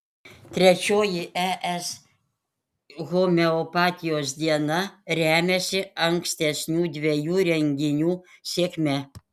trečioji es homeopatijos diena remiasi ankstesnių dviejų renginių sėkme